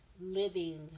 living